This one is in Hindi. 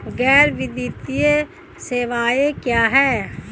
गैर वित्तीय सेवाएं क्या हैं?